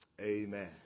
Amen